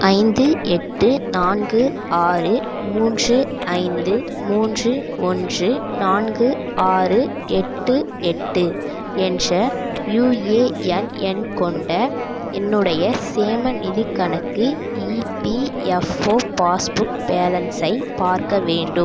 ஐந்து எட்டு நான்கு ஆறு மூன்று ஐந்து மூன்று ஒன்று நான்கு ஆறு எட்டு எட்டு என்ற யுஎஎன் எண் கொண்ட என்னுடைய சேமநிதிக் கணக்கு இபிஎஃப்ஓ பாஸ்புக் பேலன்ஸை பார்க்க வேண்டும்